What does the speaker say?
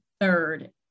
third